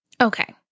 Okay